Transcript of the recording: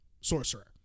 Sorcerer